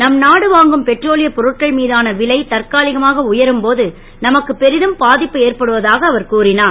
நம்நாடு வாங்கும் பெட்ரோலியப் பொருட்கள் மீதான விலை தற்காலிகமாக உயரும் போது நமக்கு பெரிதும் பா ப்பு ஏற்படுவதாக அவர் கூறினார்